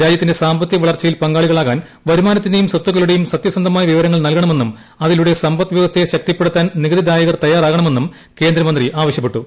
രാജ്യത്തിന്റെ സാമ്പത്തിക വളർച്ചയിൽ പങ്കാളികളാകാൻ വരുമാനത്തിന്റെയും സ്വത്തുക്കളുടേയും സത്യസന്ധമായ വിവരങ്ങൾ നൽകണമെന്നും അതിലൂടെ സമ്പദ് വ്യവസ്ഥയെ ശക്തിപ്പെടുത്താൻ നികുതിദായകർ തയ്യാറാകണമെന്നും കേന്ദ്രമന്ത്രി ആവശ്യപ്പെട്ടു